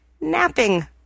Napping